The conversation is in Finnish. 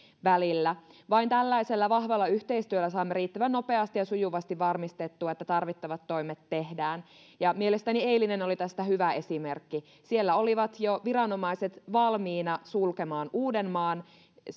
välillä vain tällaisella vahvalla yhteistyöllä saamme riittävän nopeasti ja sujuvasti varmistettua että tarvittavat toimet tehdään mielestäni eilinen oli tästä hyvä esimerkki siellä olivat jo viranomaiset valmiina sulkemaan uudenmaan